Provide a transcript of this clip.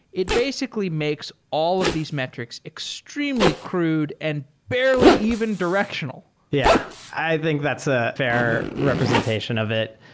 it basically makes all of these metrics extremely crude and barely even directional. yeah. i think that's a fair representation of it.